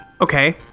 Okay